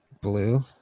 blue